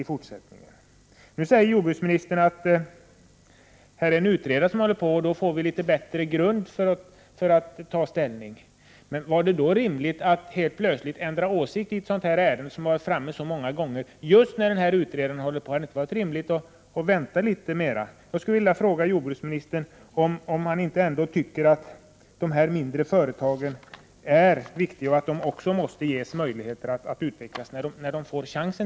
Nu säger jordbruksministern att han har tillsatt en utredare för att utreda vissa frågor om jordförvärvslagen och att man genom en sådan utredning får en bättre grund för att ta ställning. Men var det då rimligt av jordbruksministern att helt plötsligt ändra åsikt i ett ärende som har varit uppe till behandling så många gånger, just när denna utredare arbetar? Hade det inte varit rimligt att vänta litet? Jag skulle vilja fråga jordbruksministern om han inte anser att dessa mindre jordbruksföretag är viktiga och att de måste ges möjligheter att utvecklas när de får chansen.